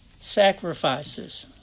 sacrifices